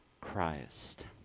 Christ